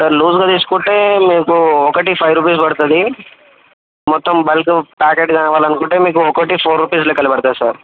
sir లూజ్గా తీసుకుంటే మీకు ఒకటి ఫైవ్ రూపీస్ పడుతుంది మొత్తం బల్క్ ప్యాకెట్ కావాలనుకుంటే మీకు ఒకటి ఫోర్ రూపీస్ లెక్కల పడుతుంది సార్